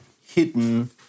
hidden